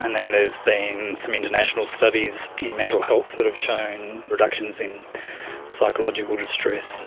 and then there has been some international studies in mental health that have shown reductions in psychological distress